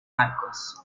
marcos